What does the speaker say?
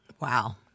Wow